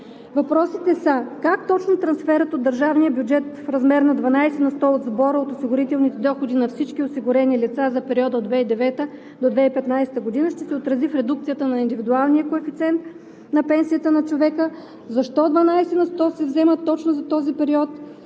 Въпросите са: как точно трансферът от държавния бюджет в размер на 12 на сто от сбора от осигурителните доходи на всички осигурени лица за периода от 2009-а до 2015 г. ще се отрази в редукцията на индивидуалния коефициент на пенсията на човека? Защо 12 на сто се взема точно за този период?